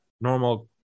normal